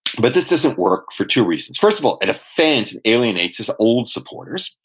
but this doesn't work for two reasons. first of all, it offends, and alienates his old supporters,